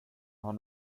har